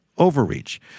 Overreach